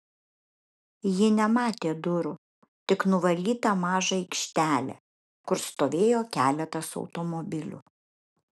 ji nematė durų tik nuvalytą mažą aikštelę kur stovėjo keletas automobilių